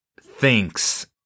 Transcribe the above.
thinks